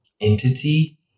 entity